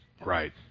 Right